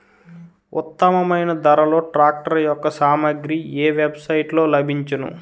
ఉత్తమమైన ధరలో ట్రాక్టర్ యెక్క సామాగ్రి ఏ వెబ్ సైట్ లో లభించును?